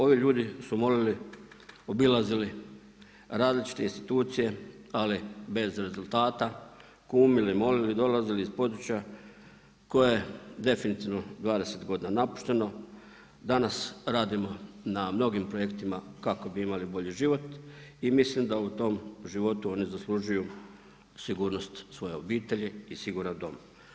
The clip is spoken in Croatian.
Ovi ljudi su molili, obilazili različite institucije ali bez rezultata, kumili, molili, dolazili iz područja koje definitivno 20 godina napušteno, danas radimo na mnogim projektima kako bi imali bolji život i mislim da u tom životu oni zaslužuju sigurnost svoje obitelji i siguran dom.